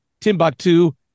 Timbuktu